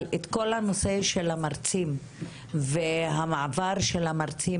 כל הנושא של המרצים והמעבר של המרצים